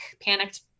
panicked